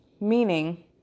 Meaning